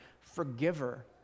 Forgiver